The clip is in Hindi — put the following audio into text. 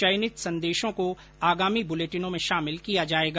चयनित संदेशों को आगामी बुलेटिनों में शामिल किया जाएगा